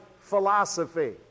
philosophy